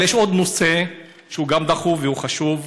אבל יש עוד נושא, שגם הוא דחוף והוא חשוב,